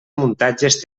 muntatges